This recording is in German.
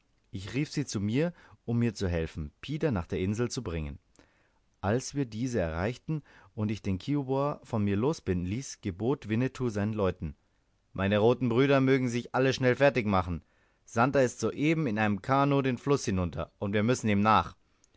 ich rief sie zu mir um mir zu helfen pida nach der insel zu bringen als wir diese erreichten und ich den kiowa von mir losbinden ließ gebot winnetou seinen leuten meine roten brüder mögen sich alle schnell fertig machen santer ist soeben in einem kanoe den fluß hinunter und wir müssen ihm nach